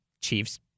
Chiefs